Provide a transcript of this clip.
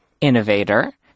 innovator